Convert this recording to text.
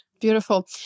Beautiful